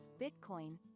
bitcoin